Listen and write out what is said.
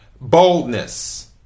boldness